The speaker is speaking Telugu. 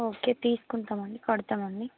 ఓకే తీసుకుంటాం అండి కడతాం అండి